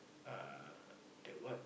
uh the what